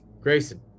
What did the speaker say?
Grayson